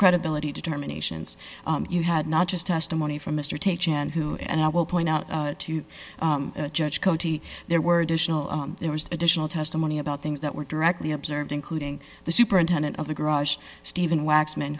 credibility determinations you had not just testimony from mr takes in who and i will point out to you judge coty there were additional there was additional testimony about things that were directly observed including the superintendent of the garage steven wax